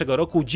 roku